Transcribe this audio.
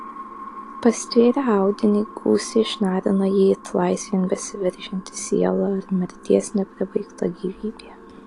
pastvėrę audinį gūsiai šnarina jį it laisvėn besiveržianti siela ar mirties nepribaigta gyvybė